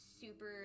super